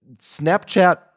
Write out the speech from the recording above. Snapchat